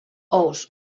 ous